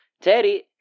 Teddy